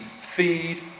feed